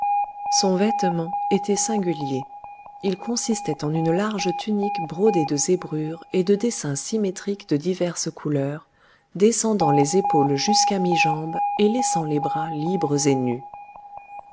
son vêtement était singulier il consistait en une large tunique brodée de zébrures et de dessins symétriques de diverses couleurs descendant des épaules jusqu'à mi-jambe et laissant les bras libres et nus